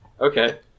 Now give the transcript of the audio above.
Okay